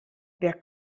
wer